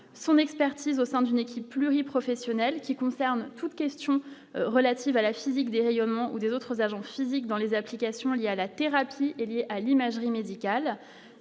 son expertise au sein d'une équipe pluri-professionnelles qui concerne toute question relative à la physique des rayonnements ou des autres agents physiques dans les applications liées à la thérapie est liée à l'imagerie médicale